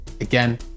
again